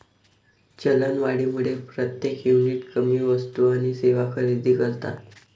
चलनवाढीमुळे प्रत्येक युनिट कमी वस्तू आणि सेवा खरेदी करतात